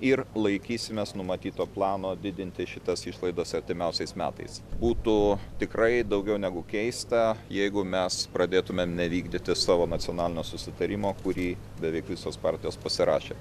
ir laikysimės numatyto plano didinti šitas išlaidas artimiausiais metais būtų tikrai daugiau negu keista jeigu mes pradėtumėm nevykdyti savo nacionalinio susitarimo kurį beveik visos partijos pasirašė